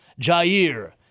Jair